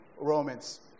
Romans